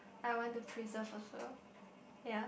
I want to preserve also ya